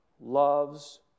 loves